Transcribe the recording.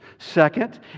Second